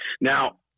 Now